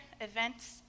events